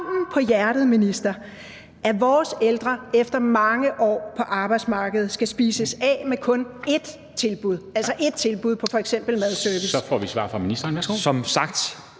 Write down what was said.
at vores ældre efter mange år på arbejdsmarkedet skal spises af med kun ét tilbud, altså ét tilbud på f.eks. madservice? Kl. 13:29 Formanden